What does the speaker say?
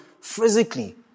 physically